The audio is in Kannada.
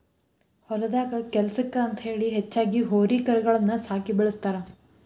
ಹೊಲದಾಗ ಕೆಲ್ಸಕ್ಕ ಅಂತೇಳಿ ಹೆಚ್ಚಾಗಿ ಹೋರಿ ಕರಗಳನ್ನ ಸಾಕಿ ಬೆಳಸ್ತಾರ